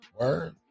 word